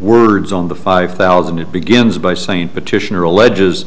words on the five thousand it begins by saying petitioner alleges